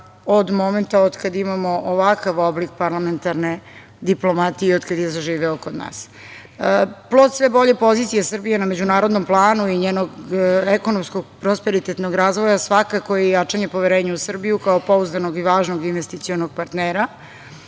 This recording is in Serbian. od momenta od kada imamo ovakav oblik parlamentarne diplomatije i od kada je zaživeo kod nas. Plod sve bolje pozicije Srbije na međunarodnom planu i njenog ekonomskog prosperitetnog razvoja svakako je i jačanje poverenja u Srbiju, kao pouzdanog i važnog investicionog partnera.